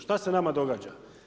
Šta se nama događa?